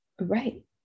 Right